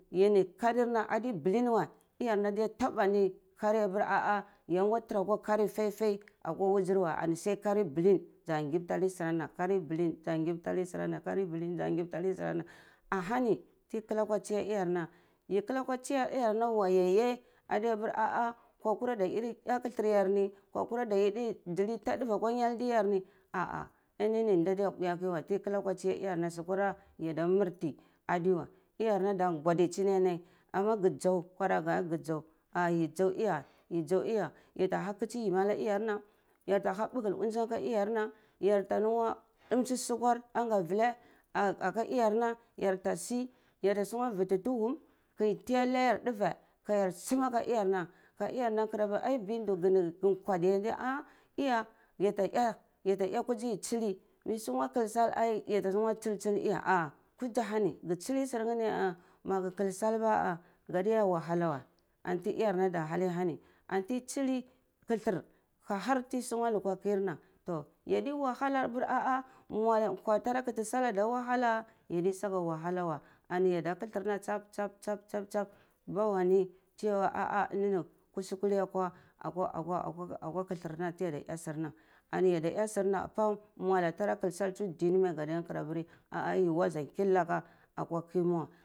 Yi ni karir na adi bulin weh iyar na adiya taba neh kari weh apir ah ah yangwa tara ka kar fai fai akwa wuzir weh ahi sai kari bulin za ngwubta nei surana bulin za ngwubtanai surana ahani tsi kala akwa tsiya iyarna yi kala aldwa tsir iyarnawayehye adiyapar nkwa kura adiya eti kathar ni kwa kura ada yi nzali tha duve akwa nyaldi yar ni ah ah inini dadiya mbwi akai weh ti kala akwa tisya iyar na sukura yada iya murti adewa iyerna ada gwadichini anai amaga dzau nkwarageh ga dzau yi dzau iya yata laha katsi yimi ana iyarna yar ha maur bagal unzun aka iyar na yarta lungwa dumsi sukwar angarule aka iyar na ya ta sungwa vuti tuhum ke tiya ana yar duveh ka ya sumeh akar iyar na ka iyar na kara piri bindo ga inkwa diye ndi a iya yata yeh kuzi ki tsili mai tsungwa kal sahal ai yata sungwa tsaltsal ai iya kutzi ahani ga tsili surngeh ni ah maga kalsal bah ah gadiya wahallah wey antu iyar na ada hanei ahani anti yi tsili khathar ka har tiyi sungwa lukwa akwa kir na yadi wahallah apir ah ah maw nakwa tara kiti sal ada wahala yedi saga wahala wei ani yada kathar na sap sap bawani tiyada ha ah ah kusi tiyakwa yakwa yakwa kathar na tiyada eh surna ya da eh surna apa mwala tara kal sul tsuh ain mei gadiya kar apin yi wazi kinlaka akwa kirni weh.